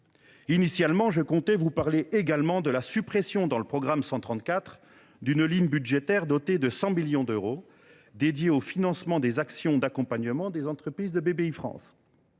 Initialement, je comptais vous parler également de la suppression dans le programme 134 d’une ligne budgétaire dotée de 100 millions d’euros dédiés au financement des actions d’accompagnement des entreprises de Bpifrance.